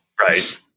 Right